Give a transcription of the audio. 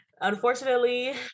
unfortunately